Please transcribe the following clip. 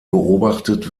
beobachtet